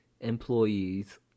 employees